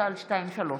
פ/2089/23.